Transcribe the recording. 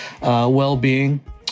well-being